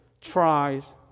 tries